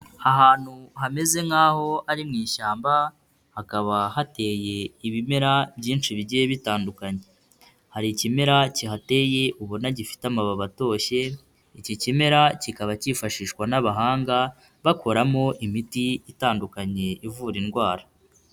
Ahantu hameze nk'aho ari mu ishyamba, hakaba hateye ibimera byinshi bigiye bitandukanye, hari ikimera kihateye ubona gifite amababi atoshye, iki kimera kikaba cyifashishwa n'abahanga bakoramo imiti itandukanye ivura indwara.